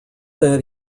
that